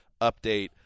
update